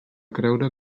creure